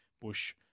Bush